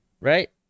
Right